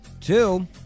Two